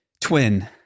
twin